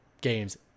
games